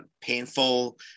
painful